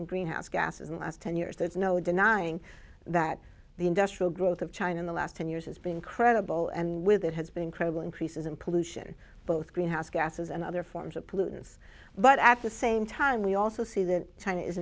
in greenhouse gases in the last ten years there's no denying that the industrial growth of china in the last ten years has been incredible and with that has been incredible increases in pollution both greenhouse gases and other forms of pollutants but at the same time we also see that china is